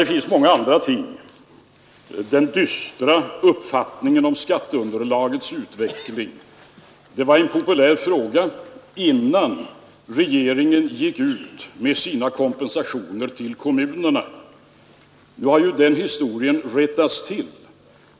Det finns många andra ting. Den dystra utvecklingen i fråga om kommunernas skatteunderlag var en populär fråga innan regeringen gick ut med kompensation. Nu har den historien rättats till.